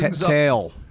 Tail